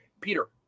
Peter